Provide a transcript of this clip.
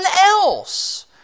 else